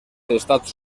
estats